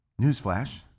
Newsflash